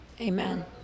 Amen